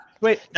Wait